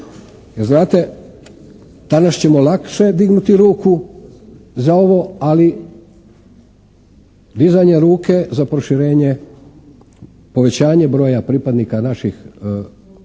znate danas ćemo lakše dignuti ruku za ovo, ali dizanje ruke za proširenje, povećanje broja pripadnika naših, naše